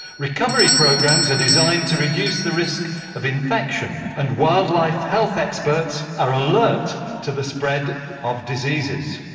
recovery programs are designed to reduce the risk of infection and wildlife health experts are alert to the spread of diseases.